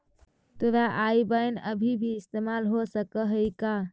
तोरा आई बैन अभी भी इस्तेमाल हो सकऽ हई का?